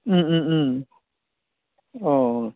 अ